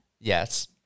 Yes